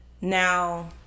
Now